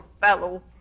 fellow